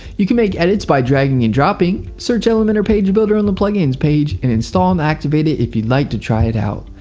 you can make edits by dragging and dropping. search elementor page builder on the plugins page and install and activate it if you'd like to try it out.